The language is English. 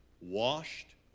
washed